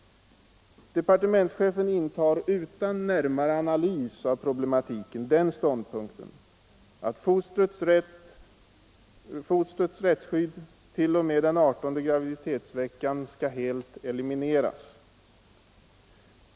Departementschefen intar utan närmare analys av problematiken den ståndpunkten att fostrets rättsskydd till och med den adertonde graviditetsveckan helt skall elimineras.